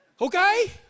Okay